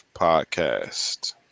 Podcast